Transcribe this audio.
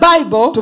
Bible